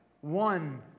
one